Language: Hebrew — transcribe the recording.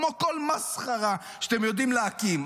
כמו כל מסחרה שאתם יודעים להקים.